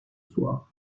soir